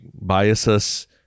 biases